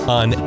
on